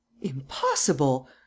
Impossible